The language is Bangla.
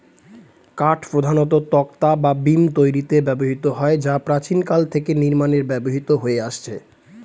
কাঠ প্রধানত তক্তা বা বিম তৈরিতে ব্যবহৃত হয় যা প্রাচীনকাল থেকে নির্মাণে ব্যবহৃত হয়ে আসছে